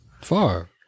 Far